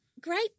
great